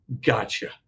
gotcha